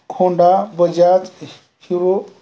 Khonda Bajaj hero